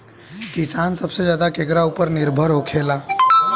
किसान सबसे ज्यादा केकरा ऊपर निर्भर होखेला?